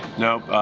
nope.